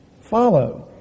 Follow